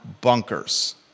bunkers